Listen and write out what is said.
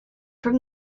from